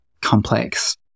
complex